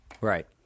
Right